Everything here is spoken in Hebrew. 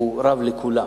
הוא רב לכולם.